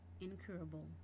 incurable